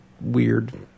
weird